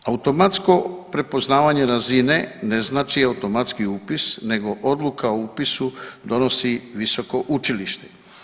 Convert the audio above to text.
Automatsko prepoznavanje razine ne znači i automatski upis nego odluka o upisu donosi visoko učilište.